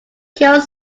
killed